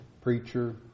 preacher